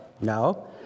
No